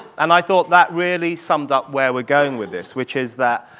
and i thought that really summed up where we're going with this, which is that,